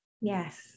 Yes